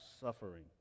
suffering